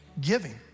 giving